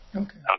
okay